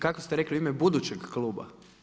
Kako ste rekli u ime budućeg kluba?